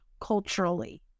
culturally